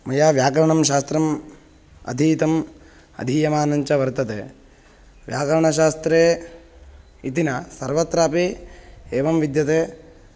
मया व्याकरणं शास्त्रम् अधीतम् अधीयमानञ्च वर्तते व्याकरणशास्त्रे इति न सर्वत्रापि एवं विद्यते